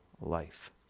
life